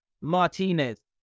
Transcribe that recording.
Martinez